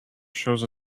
shows